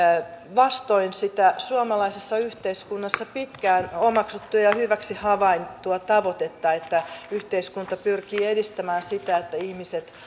vastoin sitä suomalaisessa yhteiskunnassa pitkään omaksuttua ja ja hyväksi havaittua tavoitetta että yhteiskunta pyrkii edistämään sitä että ihmiset